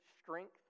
strength